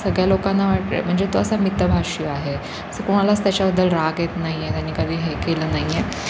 सगळ्या लोकांना वाटे म्हणजे तो असा मितभाषी आहे सो कोणालाच त्याच्याबद्दल राग येत नाही आहे त्यांनी कधी हे केलं नाही आहे